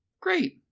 great